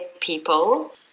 people